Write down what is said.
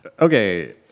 Okay